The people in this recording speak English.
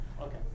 Okay